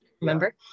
remember